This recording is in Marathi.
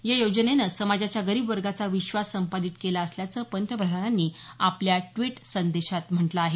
या योजेनेने समाजाच्या गरीब वर्गाचा विश्वास संपादित केला असल्याचं पंतप्रधानांनी आपल्या ड्वीट संदेशात म्हटलं आहे